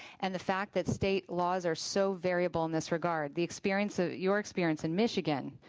and the fact that state laws are so variable in this regard. the experience ah your experience in michigan,